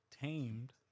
tamed